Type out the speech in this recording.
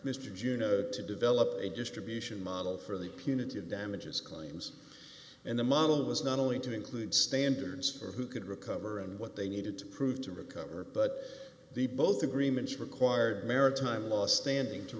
mr juneau to develop a distribution model for the punitive damages claims and the model was not only to include standards for who could recover and what they needed to prove to recover but the both agreements required maritime law standing to